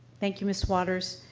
thank you, ms. waters.